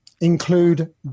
include